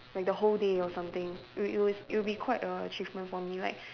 like the whole day or something it'll it'll it'll be quite a achievement for me like